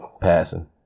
passing